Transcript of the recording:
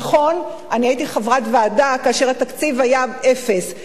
נכון, אני הייתי חברת ועדה כאשר התקציב היה אפס,